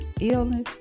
illness